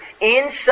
inside